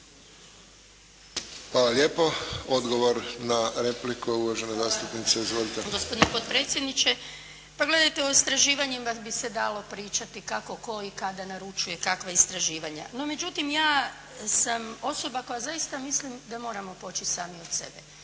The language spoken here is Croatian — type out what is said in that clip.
lijepo. Odgovor na repliku, uvažena zastupnice. Izvolite.